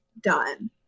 done